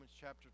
chapter